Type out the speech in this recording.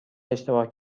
اشتباه